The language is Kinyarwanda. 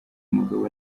mugabo